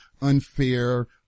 unfair